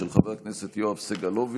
של חבר הכנסת יואב סגלוביץ',